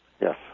Yes